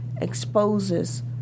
exposes